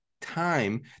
time